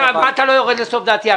מה אתה לא יורד לסוף דעתי?